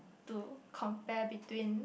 to compare between